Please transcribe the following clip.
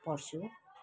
पढ्छु